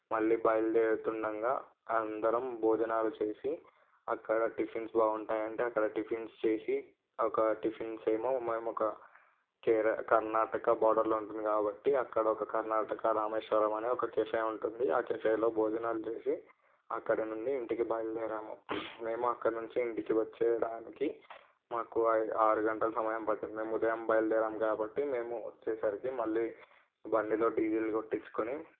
మళ్ళీ బయలుదేరుతు ఉండగా అందరం భోజనాలు చేసి అక్కడ టిఫిన్స్ బాగుంటాయి అంటే అక్కడ టిఫిన్స్ చేసి ఒక టిఫిన్స్ ఏమో కేర కర్ణాటక బోర్డర్లో ఉంటుంది కాబట్టి అక్కడ ఒక కర్ణాటక రామేశ్వరం అని ఒక కేఫే ఉంటుంది మా కేఫేలో భోజనాలు చేసి అక్కడి నుండి ఇంటికి బయలుదేరాము మేము అక్కడి నుంచి ఇంటికి వచ్చేయడానికి మాకు ఐ ఆరు గంటల సమయం పట్టింది మేము ఉదయం బయలుదేరాము కాబట్టి మేము వచ్చేసరికి మళ్ళీ బండిలో డీజిల్ కొట్టించుకొని